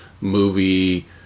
movie